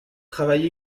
travaille